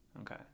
Okay